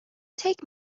take